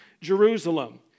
Jerusalem